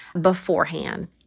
beforehand